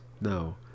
No